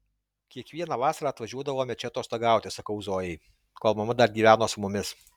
kiekvieną vasarą atvažiuodavome čia atostogauti sakau zojai kol mama dar gyveno su mumis